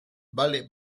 vale